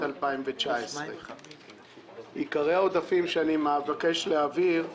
2019. עיקרי העודפים שאני מבקש להעביר הם: